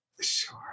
sure